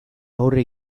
aurre